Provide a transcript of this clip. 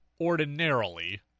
Ordinarily